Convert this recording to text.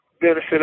benefit